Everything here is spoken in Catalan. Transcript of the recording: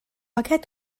aquest